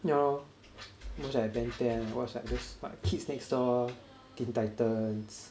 yeah lor watch like ben ten watch like those what kids next door teen titans